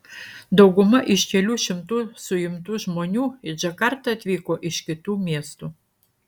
dauguma iš kelių šimtų suimtų žmonių į džakartą atvyko iš kitų miestų